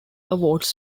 awards